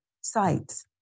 sites